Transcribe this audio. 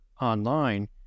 online